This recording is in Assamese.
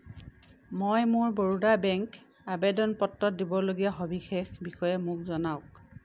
মই মোৰ বৰোদা বেংক আবেদন পত্ৰত দিবলগীয়া সবিশেষৰ বিষয়ে মোক জনাওক